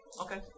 Okay